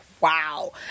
wow